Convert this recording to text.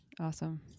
Awesome